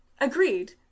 Agreed